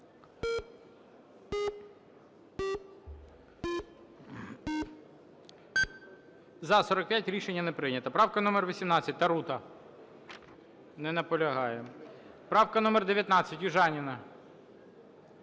За-45 Рішення не прийнято. Правка номер 18, Тарута. Не наполягає. Правка номер 19, Южаніна.